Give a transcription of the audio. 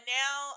now